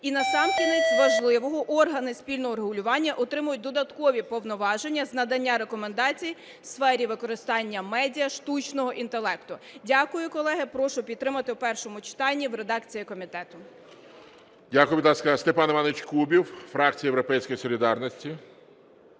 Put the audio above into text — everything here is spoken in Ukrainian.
І насамкінець, важливо, органи спільного регулювання отримують додаткові повноваження з надання рекомендацій в сфері використання медіа штучного інтелекту. Дякую, колеги. Прошу підтримати у першому читанні в редакції комітету. ГОЛОВУЮЧИЙ. Дякую. Будь ласка, Степан Іванович Кубів, фракція "Європейська солідарність".